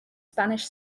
spanish